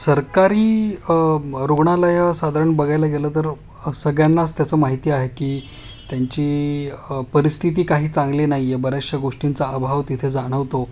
सरकारी रुग्णालयं साधारण बघायला गेलं तर सगळ्यांनाच त्याचं माहिती आहे की त्यांची परिस्थिती काही चांगली नाही आहे बऱ्याचशा गोष्टींचा अभाव तिथे जाणवतो